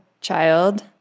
child